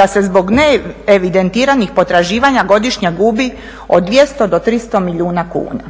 da se zbog neevidentiranih potraživanja godišnje gubi od 200 do 300 milijuna kuna.